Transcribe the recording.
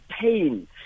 pain